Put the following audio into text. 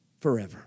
forever